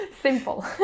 Simple